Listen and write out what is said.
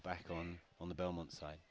back on on the belmont si